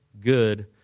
good